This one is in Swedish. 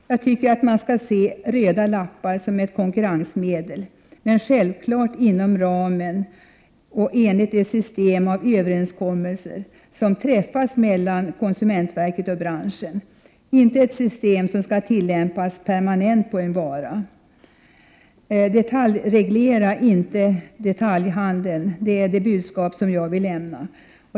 Jag tycker att ”röda lappar” skall ses som ett konkurrensmedel, men självklart inom ramen för och enligt det system av överenskommelser som träffas mellan konsumentverket och branschen, inte som ett system som skall tillämpas permanent på en vara. Detaljreglera inte detaljhandeln! Det är detta budskap som jag vill lämna.